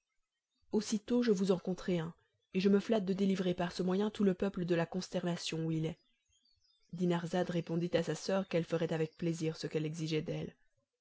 aussitôt je vous en conterai un et je me flatte de délivrer par ce moyen tout le peuple de la consternation où il est dinarzade répondit à sa soeur qu'elle ferait avec plaisir ce qu'elle exigeait d'elle